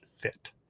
fit